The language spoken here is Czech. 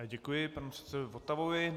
Děkuji panu předsedovi Votavovi.